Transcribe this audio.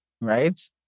right